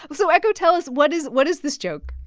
so, echo, tell us. what is what is this joke?